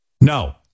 No